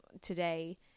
today